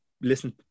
listen